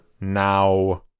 now